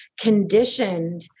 conditioned